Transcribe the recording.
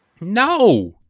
No